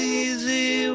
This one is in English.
easy